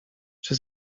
czy